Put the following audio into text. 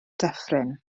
dyffryn